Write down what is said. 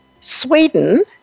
Sweden